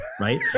Right